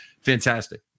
Fantastic